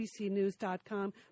abcnews.com